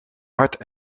hart